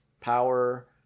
power